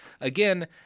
again